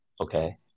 Okay